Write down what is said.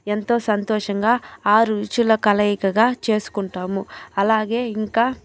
ఎంతో సంతోషంగా ఆరు రుచుల కలయికగా చేసుకుంటాము అలాగే ఇంకా